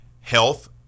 health